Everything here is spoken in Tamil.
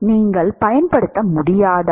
நீங்கள் பயன்படுத்த முடியாதா